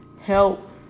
help